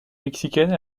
mexicaine